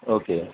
okay